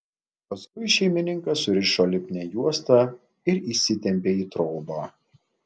paskui šeimininką surišo lipnia juosta ir įsitempė į trobą